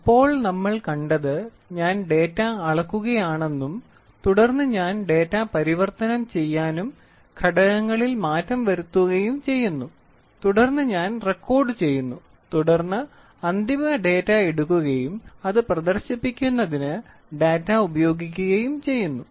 ഇപ്പോൾ നമ്മൾ കണ്ടത് ഞാൻ ഡാറ്റ അളക്കുകയാണെന്നും തുടർന്ന് ഞാൻ ഡാറ്റ പരിവർത്തനം ചെയ്യാനും ഘടകങ്ങളിൽ മാറ്റങ്ങൾ വരുത്തുകയും ചെയ്യുന്നു തുടർന്ന് ഞാൻ റെക്കോർഡുചെയ്യുന്നു തുടർന്ന് അന്തിമ ഡാറ്റ എടുക്കുകയും അത് പ്രദർശിപ്പിക്കുന്നതിന് ഡാറ്റ ഉപയോഗിക്കുകയും ചെയ്യുന്നു